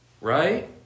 right